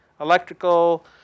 electrical